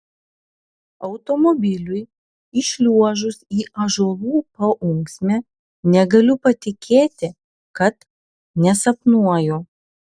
automobiliui įšliuožus į ąžuolų paūksmę negaliu patikėti kad nesapnuoju